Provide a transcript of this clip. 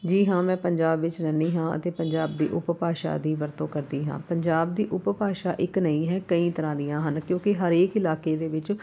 ਜੀ ਹਾਂ ਮੈਂ ਪੰਜਾਬ ਵਿੱਚ ਰਹਿੰਦੀ ਹਾਂ ਅਤੇ ਪੰਜਾਬ ਦੀ ਉਪਭਾਸ਼ਾ ਦੀ ਵਰਤੋਂ ਕਰਦੀ ਹਾਂ ਪੰਜਾਬ ਦੀ ਉਪਭਾਸ਼ਾ ਇੱਕ ਨਹੀਂ ਹੈ ਕਈ ਤਰ੍ਹਾਂ ਦੀਆਂ ਹਨ ਕਿਉਂਕਿ ਹਰੇਕ ਇਲਾਕੇ ਦੇ ਵਿੱਚ